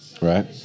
Right